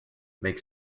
make